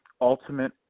Ultimate